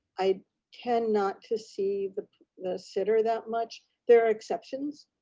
i tend not to see the sitter that much, there are exceptions,